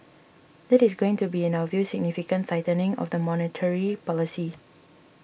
that is going to be in our view significant tightening of the monetary policy